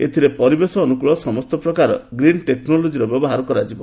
ଏଥିରେ ପରିବେଶ ଅନୁକୂଳ ସମସ୍ତ ପ୍ରକାର ଗ୍ରୀନ୍ ଟେକ୍ନୋଲୋଜିର ବ୍ୟବହାର କରାଯିବ